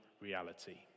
reality